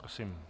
Prosím.